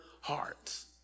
hearts